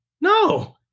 No